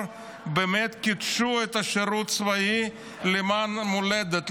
באמת קידשו את השירות הצבאי למען המולדת,